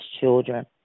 children